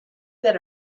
that